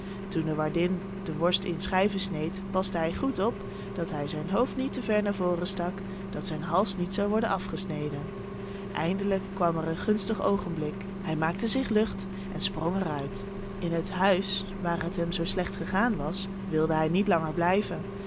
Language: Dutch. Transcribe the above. toen de waardin de worst in schijven sneed paste hij goed op dat hij zijn hoofd niet te ver naar voren stak dat zijn hals niet zou worden afgesneden eindelijk kwam er een gunstig oogenblik hij maakte zich lucht en sprong er uit in het huis waar het hem zoo slecht gegaan was wilde hij niet langer blijven